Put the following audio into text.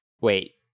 Wait